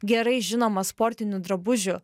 gerai žinoma sportinių drabužių